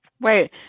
wait